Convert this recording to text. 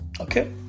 Okay